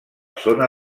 zona